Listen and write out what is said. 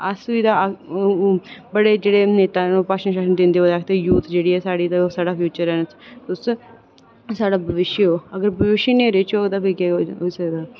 अस बी ओह् जेह्ड़े नेता न भाशन दिंदे ते यूथ जेह्ड़ी ऐ ते ओह् साढ़ा फ्यूचर न ते साढ़ा भविष्य न ते अगर साढ़ा भविष्य निं रौहग ते साढ़ा केह् रौहग